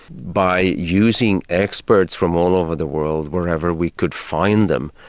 by using experts from all over the world, wherever we could find them,